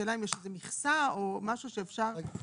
השאלה אם יש משהו שאפשר להעריך.